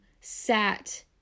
sat